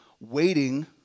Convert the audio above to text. waiting